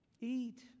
eat